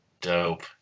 Dope